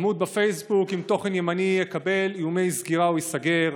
עמוד בפייסבוק עם תוכן ימני יקבל איומי סגירה או ייסגר,